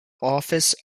office